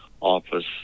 office